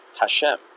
Hashem